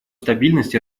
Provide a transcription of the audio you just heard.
стабильность